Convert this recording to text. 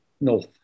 north